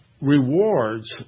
rewards